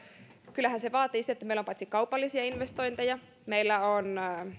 kyllähän se vaatii sitä että meillä on paitsi kaupallisia investointeja meillä on